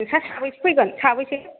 नोंस्रा साबैसे फैगोन साबैसे